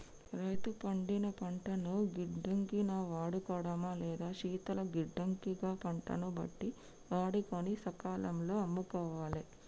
రైతు పండిన పంటను గిడ్డంగి ని వాడుకోడమా లేదా శీతల గిడ్డంగి గ పంటను బట్టి వాడుకొని సకాలం లో అమ్ముకోవాలె